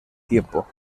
tiempo